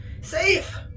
Safe